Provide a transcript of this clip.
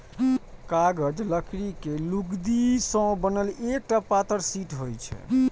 कागज लकड़ी के लुगदी सं बनल एकटा पातर शीट होइ छै